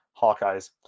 Hawkeyes